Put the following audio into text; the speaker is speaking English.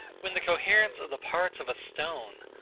when the coherence of the parts of a stone,